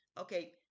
Okay